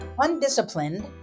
Undisciplined